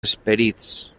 esperits